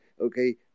okay